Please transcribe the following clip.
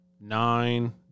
Nine